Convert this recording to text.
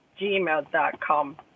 gmail.com